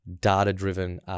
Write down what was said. data-driven